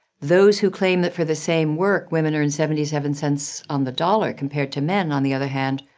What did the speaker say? those who claim that for the same work women earn seventy seven cents on the dollar compared to men, on the other hand,